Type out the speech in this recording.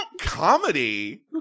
comedy